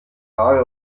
haare